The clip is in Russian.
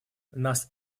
нас